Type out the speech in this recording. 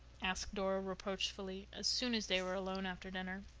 asked dora reproachfully, as soon as they were alone after dinner.